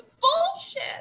bullshit